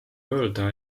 öelda